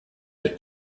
der